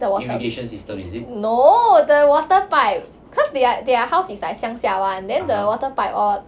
the water no the water pipe cause they are their house is like 乡下 [one] then the water pipe all